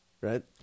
right